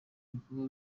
ibikorwa